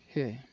সেয়াই